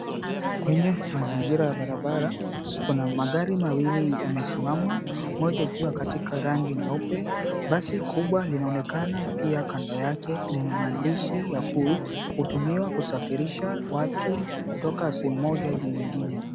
Kwenye mazingira ya barabara, kuna magari mawili yamesimama, Moja ikiwa katika rangi nyeupe. Basi kubwa linaonekana pia kando yake lenye maandishi ya "cool". Hutumiwa kusafirisha watu kutoka sehemu Moja hadi nyingine.